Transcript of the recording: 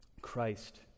Christ